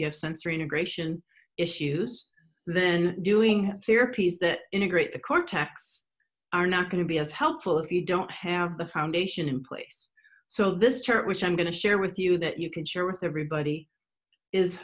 have sensory integration issues then doing their piece that integrate the cortex are not going to be as helpful if you don't have the foundation in place so this chart which i'm going to share with you that you can share with everybody is